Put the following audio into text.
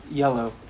Yellow